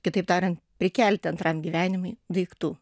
kitaip tariant prikelti antram gyvenimui daiktų